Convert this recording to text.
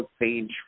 page